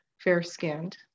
fair-skinned